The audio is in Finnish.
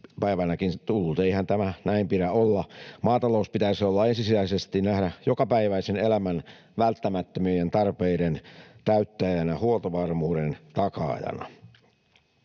Maatalous pitäisi ensisijaisesti nähdä jokapäiväisen elämän välttämättömien tarpeiden täyttäjänä ja huoltovarmuuden takaajana.